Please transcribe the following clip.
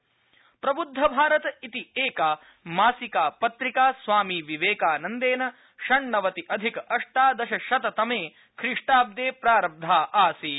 प्रबुद्ध भारत इति एका मासिकापत्रिका स्वामी विवेकानन्देन षण्णवति अधिक अष्टादशशततमे श्व्रीष्टाबदे प्रारब्धा आसीत